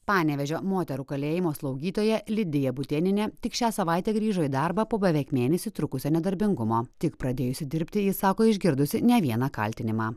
panevėžio moterų kalėjimo slaugytoja lidija būtėnienė tik šią savaitę grįžo į darbą po beveik mėnesį trukusio nedarbingumo tik pradėjusi dirbti ji sako išgirdusi ne vieną kaltinimą